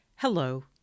Hello